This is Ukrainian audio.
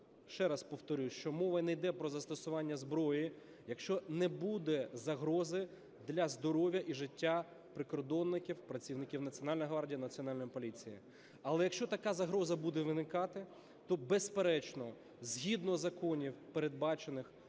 ще раз повторюсь, що мова не йде про застосування зброї, якщо не буде за грози для здоров'я і життя прикордонників, працівників Національної гвардії і Національної поліції. Але якщо така загроза буде виникати, то, безперечно, згідно законів, передбачених,